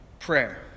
Prayer